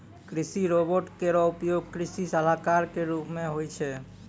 कृषि रोबोट केरो उपयोग कृषि सलाहकार क रूप मे होय छै